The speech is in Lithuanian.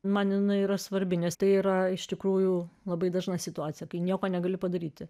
man jinai yra svarbi nes tai yra iš tikrųjų labai dažna situacija kai nieko negali padaryti